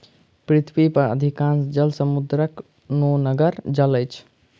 पृथ्वी पर अधिकांश जल समुद्रक नोनगर जल अछि